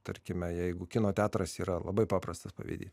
tarkime jeigu kino teatras yra labai paprastas pavyzdys